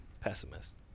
Pessimist